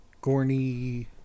gorny